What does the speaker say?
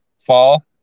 fall